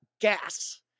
gas